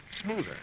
smoother